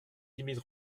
limites